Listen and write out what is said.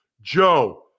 Joe